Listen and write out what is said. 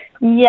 Yes